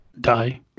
Die